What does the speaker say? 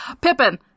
pippin